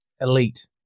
elite